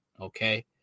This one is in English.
Okay